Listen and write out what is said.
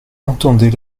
entendez